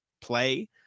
play